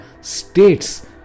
states